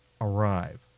arrive